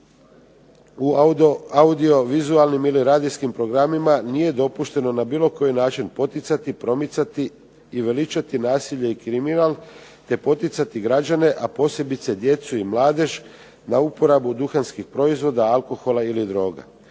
u audiovizualnim ili radijskim programima nije dopušteno na bilo koji način poticati, promicati i veličati nasilje i kriminal te poticati građane, a posebice djecu i mladež na uporabu duhanskih proizvoda, alkohola ili droga.